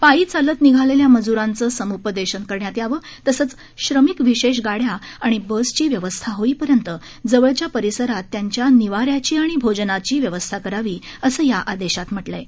पायी चालत निघालेल्या मजूरांचं समुपदेशन करण्यात यावं तसंच श्रमिक विशेष गाड्या आणि बसची व्यवस्था होईपर्यंत जवळच्या परिसरात त्यांच्या निवान्याची आणि भोजनाची व्यवस्था करावी असं या आदेशात म्हटलं आहे